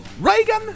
Reagan